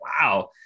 wow